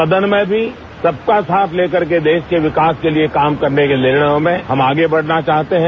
सदन में भी सबका साथ ले करके देश के विकास के लिए काम करने के निर्णयों में हम आगे बढ़ना चाहते हैं